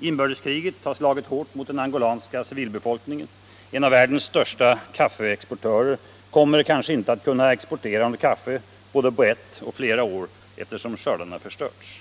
Inbördeskriget har slagit hårt mot den angolanska civilbefolkningen. En av världens största kaffeexportörer kommer kanske inte att kunna exportera något kaffe på flera år eftersom skördarna förstörts.